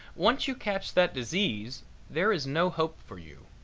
once you catch that disease there is no hope for you.